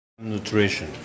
Nutrition